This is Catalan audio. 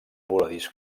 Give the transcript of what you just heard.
voladís